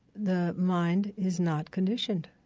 the mind is not conditioned.